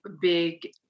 big